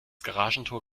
garagentor